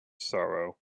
sorrow